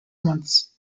months